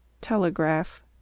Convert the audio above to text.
Telegraph